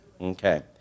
Okay